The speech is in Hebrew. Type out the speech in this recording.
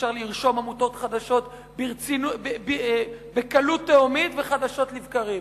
אפשר לרשום עמותות חדשות בקלות תהומית וחדשות לבקרים.